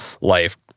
life